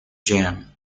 jean